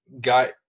got